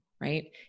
right